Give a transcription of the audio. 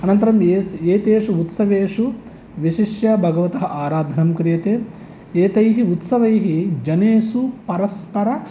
अनन्तरम् एस् एतेषु उत्सवेषु विशिष्य भगवतः आराधनं क्रियते एतैः उत्सवैः जनेषु परस्पर